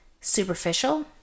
superficial